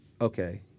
okay